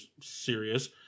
serious